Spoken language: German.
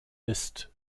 ist